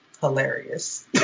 hilarious